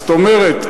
זאת אומרת,